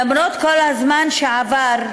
למרות כל הזמן שעבר,